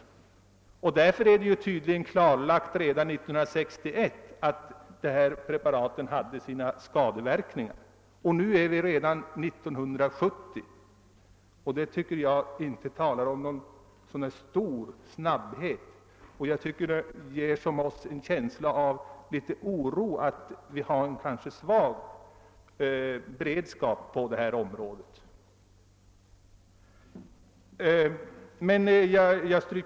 Det var alltså redan då klarlagt att dessa preparat hade skadeverkningar. Eftersom vi nu är framme vid år 1970, tycker jag inte att handläggningen präglas av någon påfallande snabbhet. Detta gör att jag känner mig oroad för att vår beredskap på området kanske är svag.